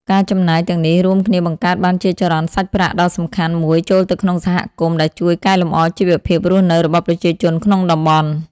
ការចំណាយទាំងនេះរួមគ្នាបង្កើតបានជាចរន្តសាច់ប្រាក់ដ៏សំខាន់មួយចូលទៅក្នុងសហគមន៍ ដែលជួយកែលម្អជីវភាពរស់នៅរបស់ប្រជាជនក្នុងតំបន់។